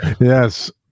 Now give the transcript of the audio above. Yes